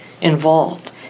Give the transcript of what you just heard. involved